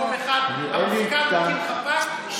במקום אחד המפכ"ל מקים חפ"ק,